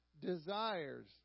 desires